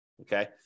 Okay